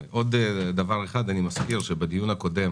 שבדיון הקודם